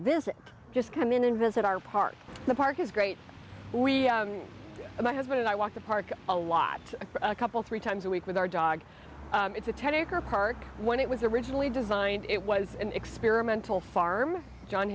visit just come in and visit our park the park is great and my husband and i walk the park a lot couple three times a week with our dog it's a ten acre park when it was originally designed it was an experimental farm john